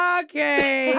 okay